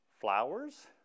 flowers